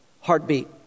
heartbeat